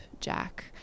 Jack